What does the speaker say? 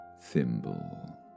Thimble